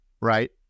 right